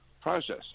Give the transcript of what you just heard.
process